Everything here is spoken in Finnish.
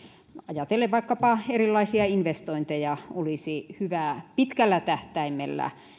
ajatellen vaikkapa erilaisia investointeja olisi hyvä pitkällä tähtäimellä